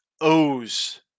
O's